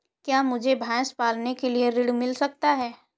क्या मुझे भैंस पालने के लिए ऋण मिल सकता है?